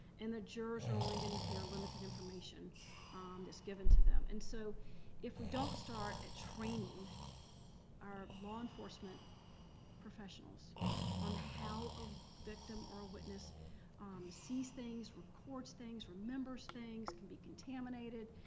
and the jurors are only going to hear limited information that's given to them. and so if we don't start at training our law enforcement professionals on how a victim or a witness sees things, records things, remembers things, can be contaminated,